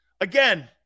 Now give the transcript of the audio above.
Again